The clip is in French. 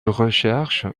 recherche